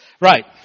Right